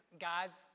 God's